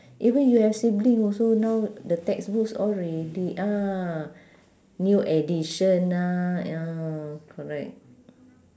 even you have sibling also now the textbooks old already ah new edition ah ya correct